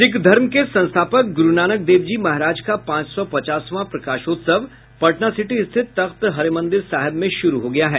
सिख धर्म के संस्थापक गुरूनानक देव जी महाराज का पांच सौ पचासवां प्रकाशोत्सव पटनासिटी स्थित तख्त श्रीहरिमंदिर साहिब में शुरू हो गया है